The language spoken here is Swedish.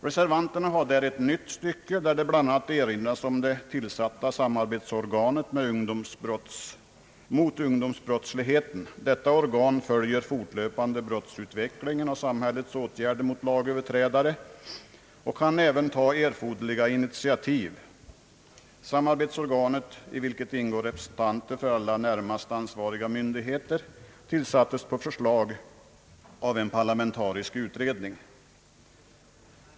Reservanterna har tillfogat ett nytt stycke där det bl.a. erinras om att det tillsatta samarbetsorganet mot ungdomsbrottsligheten fortlöpande följer brottsutvecklingen och samhällets åtgärder mot lagöverträdare. Samarbetsorganet kan även ta erforderliga initiativ. Samarbetsorganet, i vilket ingår representanter för alla närmast ansvariga myndigheter, tillsattes på förslag av en parlamentarisk utredning.